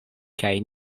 kaj